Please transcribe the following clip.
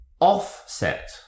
offset